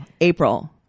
april